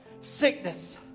Sickness